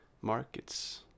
markets